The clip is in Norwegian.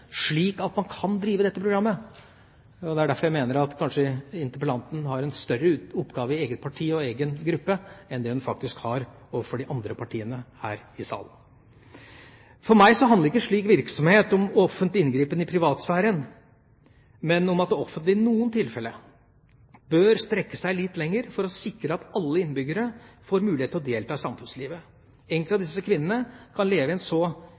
slik at man kan drive dette programmet, og det er derfor jeg mener at interpellanten kanskje har en større oppgave i eget parti og egen gruppe enn hun faktisk har overfor de andre partiene her i salen. For meg handler ikke slik virksomhet om offentlig inngripen i privatsfæren, men om at det offentlige i noen tilfeller bør strekke seg litt lenger for å sikre at alle innbyggere får mulighet til å delta i samfunnslivet. Enkelte av disse kvinnene kan leve i en